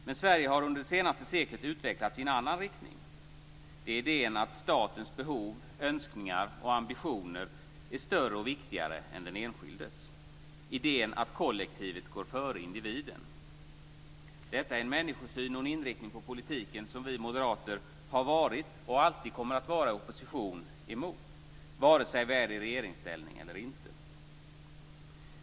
Men Sverige har under det senaste seklet utvecklats i en annan riktning. Idén är att statens behov, önskningar och ambitioner är större och viktigare än den enskildes. Idén är att kollektivet går före individen. Detta är en människosyn och en inriktning på politiken som vi moderater har varit och alltid kommer att vara i opposition mot, vare sig vi är i regeringsställning eller inte.